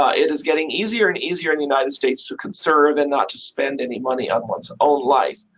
ah it is getting easier and easier in the united states to conserve and not to spend any money on one's own life.